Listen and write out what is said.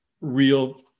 real